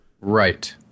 Right